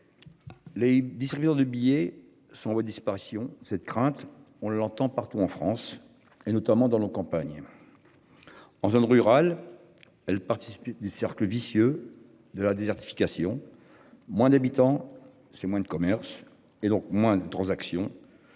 Les distributeurs de billets sont voie disparition cette crainte, on l'entend partout en France et notamment dans nos campagnes. En zone rurale, elle participe du cercle vicieux de la désertification. Moins d'habitants, c'est moins de commerce et donc moins de transactions.